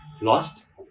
lost